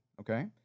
okay